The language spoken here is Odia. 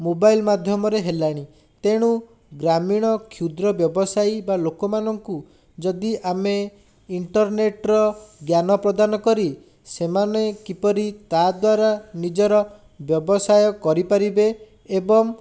ମୋବାଇଲ ମଧ୍ୟମରେ ହେଲାଣି ତେଣୁ ଗ୍ରାମୀଣ କ୍ଷୁଦ୍ର ବେବସାୟୀ ବା ଲୋକମାନଙ୍କୁ ଯଦି ଆମେ ଇଣ୍ଟର୍ନେଟର ଜ୍ଞାନ ପ୍ରଦାନ କରି ସେମାନେ କିପରି ତା' ଦ୍ଵାରା ନିଜର ବ୍ୟବସାୟ କରିପାରିବେ ଏବଂ